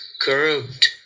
curved